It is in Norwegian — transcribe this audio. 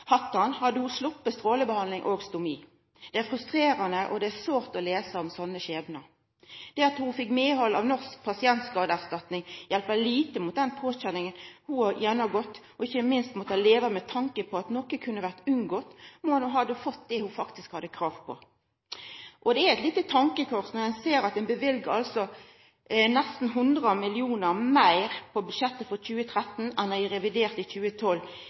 skulle, hadde ho sloppe strålebehandling og stomi. Det er frustrerande og sårt å lesa om slike skjebnar. Det at ho fekk medhald av Norsk pasientskadeerstatning, hjelper lite mot den påkjenninga ho har gjennomgått, og ikkje minst har måtta leva med, med tanke på at noko kunne vore unngått om ho hadde fått det ho faktisk hadde krav på. Det er ein liten tankekross når ein ser at ein løyver nesten 100 mill. kr meir på budsjettet for 2013 enn i revidert for 2012